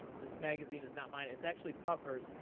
this magazine is not mine. it's actually puffer's.